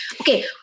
Okay